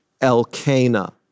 Elkanah